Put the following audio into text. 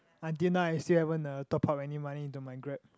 until now I still haven't uh top up any money into my Grab